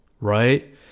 right